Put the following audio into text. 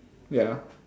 ya